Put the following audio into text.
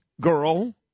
girl